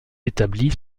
établie